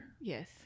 Yes